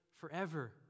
forever